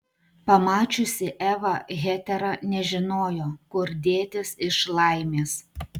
pamačiusi evą hetera nežinojo kur dėtis iš laimės